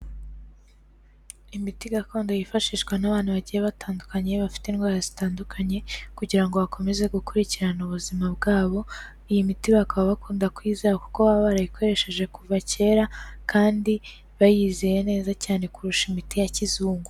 Imiti gakondo yifashishwa n'abantu bagiye batandukanye bafite indwara zitandukanye kugira ngo bakomeze gukurikirana ubuzima bwabo, iyi miti bakaba bakunda kuyizera kuko baba barayikoresheje kuva kera kandi bayizeye neza cyane kurusha imiti ya kizungu.